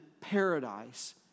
paradise